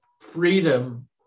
freedom